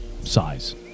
size